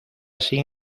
sin